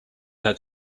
had